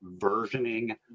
versioning